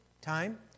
time